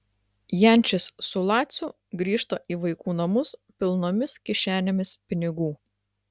jančis su laciu grįžta į vaikų namus pilnomis kišenėmis pinigų